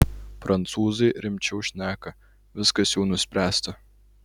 prancūzai rimčiau šneka viskas jau nuspręsta